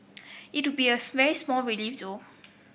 it would be a very small relief though